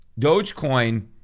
Dogecoin